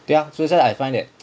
对 ah that's why I find that